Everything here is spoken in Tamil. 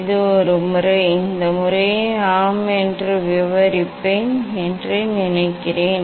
இது ஒரு முறை இந்த முறையை ஆம் என்று விவரிப்பேன் என்று நினைக்கிறேன்